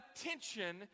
attention